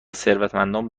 ثروتمندان